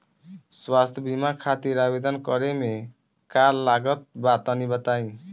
स्वास्थ्य बीमा खातिर आवेदन करे मे का का लागत बा तनि बताई?